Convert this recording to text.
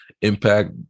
impact